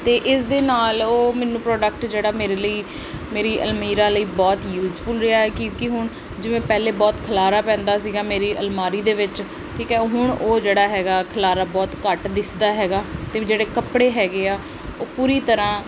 ਅਤੇ ਇਸ ਦੇ ਨਾਲ ਉਹ ਮੈਨੂੰ ਪ੍ਰੋਡਕਟ ਜਿਹੜਾ ਮੇਰੇ ਲਈ ਮੇਰੀ ਅਲਮੀਰਾ ਲਈ ਬਹੁਤ ਯੂਜਫੁੱਲ ਰਿਹਾ ਕਿਉਕਿ ਹੁਣ ਜਿਵੇਂ ਪਹਿਲਾਂ ਬਹੁਤ ਖਿਲਾਰਾ ਪੈਂਦਾ ਸੀਗਾ ਮੇਰੀ ਅਲਮਾਰੀ ਦੇ ਵਿੱਚ ਠੀਕ ਹੈ ਹੁਣ ਉਹ ਜਿਹੜਾ ਹੈਗਾ ਖਿਲਾਰਾ ਬਹੁਤ ਘੱਟ ਦਿੱਸਦਾ ਹੈਗਾ ਤੇ ਵੀ ਜਿਹੜੇ ਕੱਪੜੇ ਹੈਗੇ ਆ ਉਹ ਪੂਰੀ ਤਰ੍ਹਾਂ